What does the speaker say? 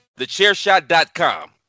TheChairShot.com